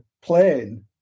plane